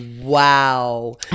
Wow